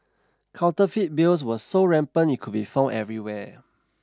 counterfeit bills were so rampant it could be found everywhere